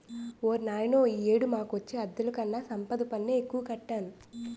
ఓర్నాయనో ఈ ఏడు మాకొచ్చే అద్దెలుకన్నా సంపద పన్నే ఎక్కువ కట్టాను